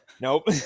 Nope